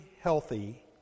healthy